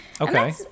Okay